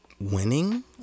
winning